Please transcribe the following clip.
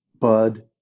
Bud